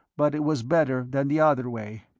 but it was better than the other way.